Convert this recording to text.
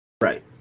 Right